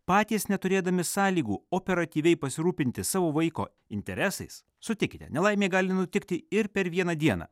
patys neturėdami sąlygų operatyviai pasirūpinti savo vaiko interesais sutikite nelaimė gali nutikti ir per vieną dieną